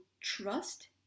Trust